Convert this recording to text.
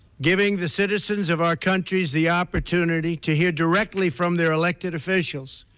giving the citizens of our country the opportunity to hear directly from their elected official